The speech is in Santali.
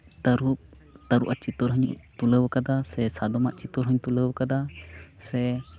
ᱛᱟᱹᱨᱩᱵᱽ ᱛᱟᱹᱨᱩᱵᱽ ᱟᱜ ᱪᱤᱛᱟᱹᱨ ᱦᱚᱧ ᱛᱩᱞᱟᱹᱣ ᱠᱟᱫᱟ ᱥᱮ ᱥᱟᱫᱚᱢᱟᱜ ᱪᱤᱛᱟᱹᱨ ᱦᱚᱧ ᱛᱩᱞᱟᱹᱣ ᱠᱟᱫᱟ ᱥᱮ